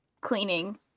cleaning